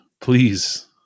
please